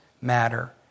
matter